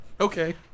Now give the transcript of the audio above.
Okay